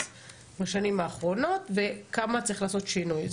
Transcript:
בשנים האחרונות וכמה צריך לעשות שינוי.